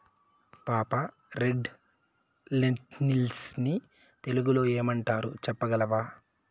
పాపా, red lentils ని తెలుగులో ఏమంటారు చెప్పగలవా